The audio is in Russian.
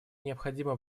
необходимо